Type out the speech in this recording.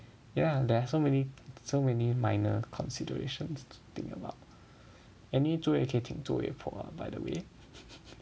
yeah there's so many so many minor considerations to think about anyway 坐月可以请坐月婆 by the way